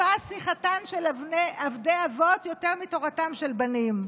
"יפה שיחתן של עבדי אבות יותר מתורתן של בנים".